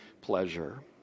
pleasure